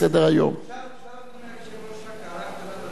אפשר, אדוני היושב-ראש, רק הערה קטנה בנושא הזה?